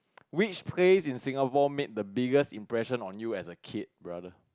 which place in Singapore made the biggest impression on you as a kid brother